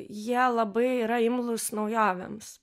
jie labai yra imlūs naujovėms